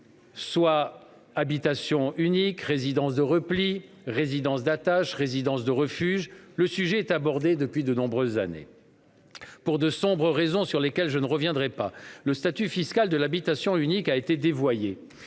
soit « habitation unique »,« résidence de repli »,« résidence d'attache » ou « résidence de refuge », le sujet est abordé depuis de nombreuses années. Pour de sombres raisons, sur lesquelles je ne reviendrai pas, le statut fiscal de l'habitation unique a été dévoyé